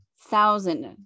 thousand